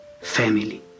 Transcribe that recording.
family